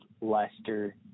Leicester